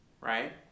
right